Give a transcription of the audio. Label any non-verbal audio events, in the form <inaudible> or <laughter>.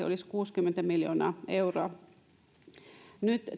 <unintelligible> olisi kuusikymmentä miljoonaa euroa nyt